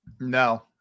No